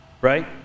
right